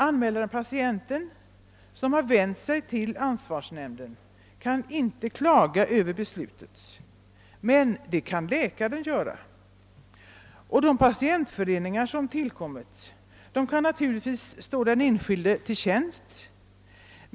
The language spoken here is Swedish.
Anmälaren-patienten, som har vänt sig till ansvarsnämnden, kan inte klaga över dess beslut, men det kan läkaren göra. De patientföreningar som tillkommit kan naturligtvis stå den enskilde tiil tjänst.